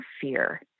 fear